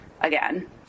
again